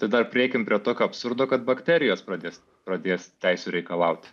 tai dar prieikim prie tokio absurdo kad bakterijos pradės pradės teisių reikalaut